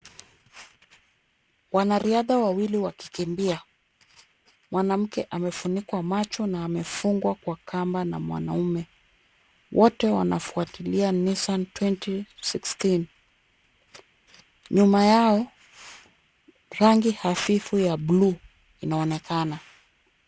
Wanariadha wawili wakikimbia, mwanamke amefunikwa macho na amefungwa kwa kamba na mwanamume, wote wanafuatilia Nisaan twenty sixteen , nyuma yao rangi hafifu ya bluu inaonekana.